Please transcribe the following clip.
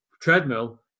treadmill